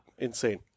insane